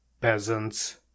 peasants